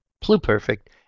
pluperfect